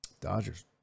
Dodgers